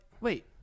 wait